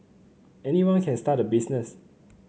anyone can start a business